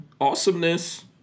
awesomeness